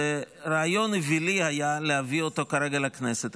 זה היה רעיון אווילי להביא אותו כרגע לכנסת.